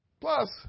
Plus